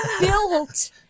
built